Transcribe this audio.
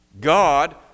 God